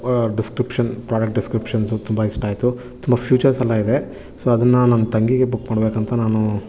description product descriptions ತುಂಬ ಇಷ್ಟ ಆಯಿತು ತುಂಬ ಫ್ಯೂಚರ್ಸ್ ಎಲ್ಲ ಇದೆ ಸೊ ಅದನ್ನು ನನ್ನ ತಂಗಿಗೆ ಬುಕ್ ಮಾಡ್ಬೇಕಂತ ನಾನು